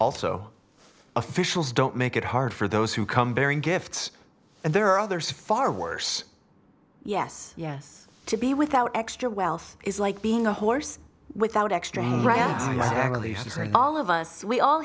also officials don't make it hard for those who come bearing gifts and there are others far worse yes yes to be without extra wealth is like being a horse without extra rounds exactly all of us we all